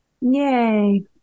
Yay